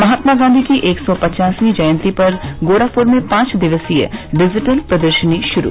महात्मा गांधी की एक सौ पचासवीं जयंती पर गोरखपुर में पांच दिवसीय डिजिटल प्रदर्शनी शुरू